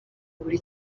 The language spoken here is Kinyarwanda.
buri